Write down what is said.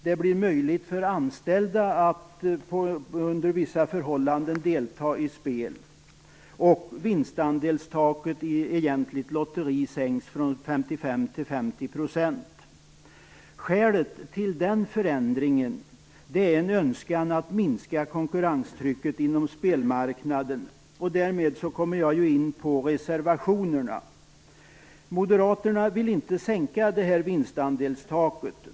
Det blir möjligt för anställda att under vissa förhållanden delta i spel, och vinstandelstaket i egentligt lotteri sänks från 55 % till 50 %. Skälet till den förändringen är en önskan att minska konkurrenstrycket inom spelmarknaden. Därmed kommer jag in på reservationerna. Moderaterna vill inte sänka vinstandelstaket.